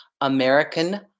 American